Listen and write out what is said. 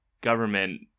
government